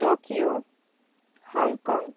Tokyo Hong Kong